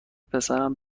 پسرم